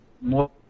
more